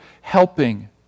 helping